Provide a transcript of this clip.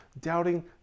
doubting